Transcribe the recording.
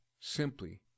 simply